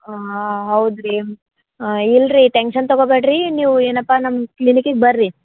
ಹಾಂ ಹೌದು ರೀ ಇಲ್ರಿ ಟೆನ್ಶನ್ ತಗೋಬ್ಯಾಡ್ರಿ ನೀವು ಏನಪ್ಪ ನಮ್ಮ ಕ್ಲಿನಿಕಿಗೆ ಬರ್ರಿ